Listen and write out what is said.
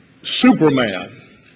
Superman